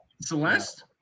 Celeste